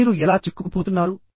మీరు ఎలా చిక్కుకుపోతున్నారు